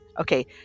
Okay